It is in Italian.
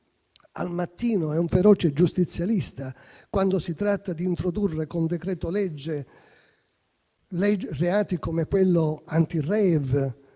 al mattino è un feroce giustizialista, quando si tratta di introdurre con decreto-legge reati come quello di *rave*,